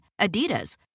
Adidas